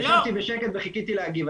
ישבתי בשקט וחיכיתי להגיב.